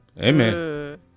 amen